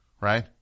right